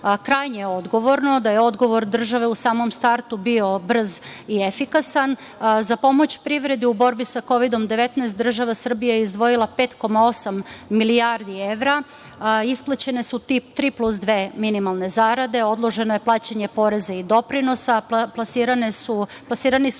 krajnje odgovorno, da je odgovor države u samom startu bio brz i efikasan. Za pomoć privredi u borbi sa Kovidom 19 država Srbija je izdvojila 5,8 milijardi evra, isplaćene su tri plus dve minimalne zarade, odloženo je plaćanje poreza i doprinosa, plasirani su